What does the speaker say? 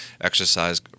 exercise